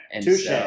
touche